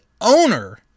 owner